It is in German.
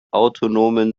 autonomen